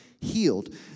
Healed